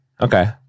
Okay